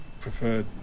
preferred